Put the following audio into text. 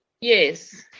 Yes